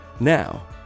Now